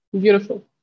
Beautiful